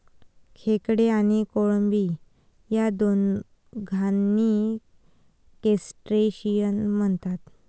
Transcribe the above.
खेकडे आणि कोळंबी या दोघांनाही क्रस्टेशियन म्हणतात